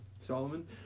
Solomon